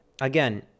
Again